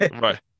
right